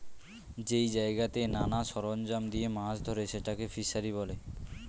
যেই জায়গাতে নানা সরঞ্জাম দিয়ে মাছ ধরে সেটাকে ফিসারী বলে